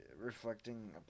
reflecting